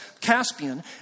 Caspian